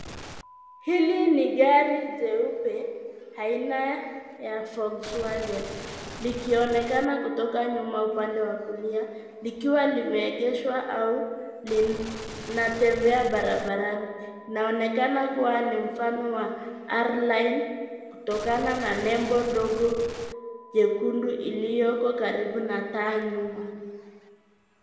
Hili ni gari jeupe, aina ya Volkswagen likionekana kutoka nyuma upande wa kulia, likiwa limeegeshwa au lina tembea barabarani. Linaonekana kuwa ni mfano wa R9 kutokana na nembo ndogo nyekundu iliyoko karibu na taa nyuma.